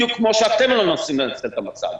בדיוק כפי שאתם לא מנסים לנצל את המצב.